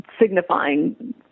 signifying